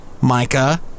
Micah